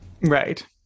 Right